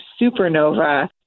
supernova